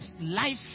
life